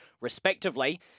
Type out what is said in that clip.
respectively